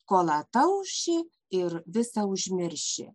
kol atauši ir visa užmirši